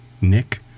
Nick